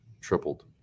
tripled